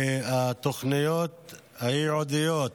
מהתוכניות הייעודיות